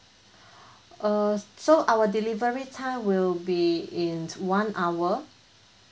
err so our delivery time will be in one hour